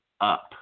up